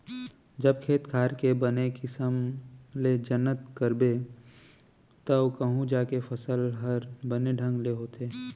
जब खेत खार के बने किसम ले जनत करबे तव कहूं जाके फसल हर बने ढंग ले होथे